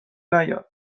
نیاد